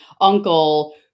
uncle